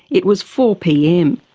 it was four pm.